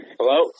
Hello